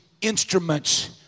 instruments